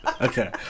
Okay